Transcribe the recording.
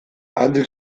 handik